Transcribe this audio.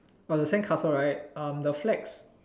oh the sandcastle right um the flags